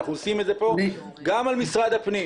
אנחנו עושים את זה פה גם על משרד הפנים.